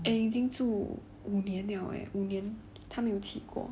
and 已经住五年 liao eh 他没有起过